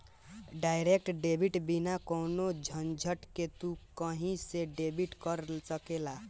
direct debit बिना कवनो झंझट के तू कही से डेबिट कर सकेला